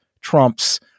Trump's